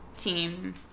team